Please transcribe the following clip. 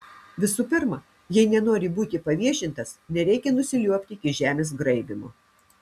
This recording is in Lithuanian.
visų pirma jei nenori būti paviešintas nereikia nusiliuobti iki žemės graibymo